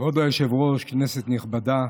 כבוד היושב-ראש, כנסת נכבדה,